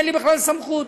אין לי בכלל סמכות.